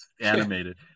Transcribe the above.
animated